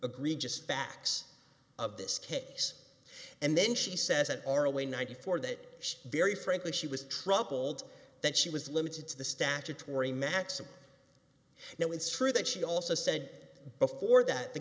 agree just facts of this case and then she says an hour away ninety four that very frankly she was troubled that she was limited to the statutory maximus now it's true that she also said before that the